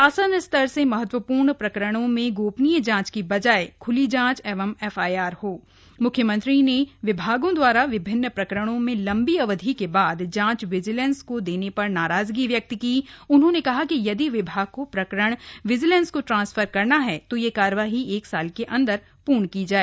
शासन स्तर से महत्वपूर्ण प्रकरणों में गोपनीय जांच के बजाय खुली जांच एवं एफआरआई हो मुख्यमंत्री ने विभागों दवारा विभिन्न प्रकरणों में लम्बी अवधि के बाद जांच विजिलेंस को देने पर नाराजगी व्यक्त की उन्होंने कहा कि यदि विभाग को प्रकरण विजिलेंस को ट्रांसफर करना है तो यह कार्यवाही एक साल के अन्दर पूर्ण की जाय